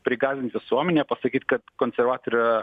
prigąsdint visuomenę pasakyt kad konservatoriai yra